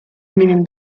mínim